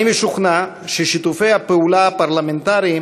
אני משוכנע ששיתופי הפעולה הפרלמנטריים